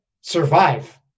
survive